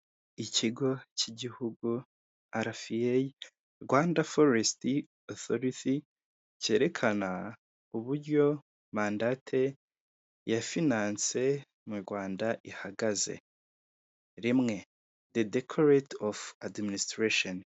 Ikigo cy'igihugu arafi eyi, Rrwanda foresitiri ofotiti, cyerekana uburyo mandate ya finanse mu Rwanda ihagaze, rimwede dekoreti ofu adiminisiterasheni.